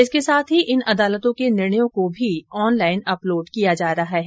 इसके साथ ही इन अदालतो के निर्णयों को भी ऑनलाइन अपलोड किया जा रहा है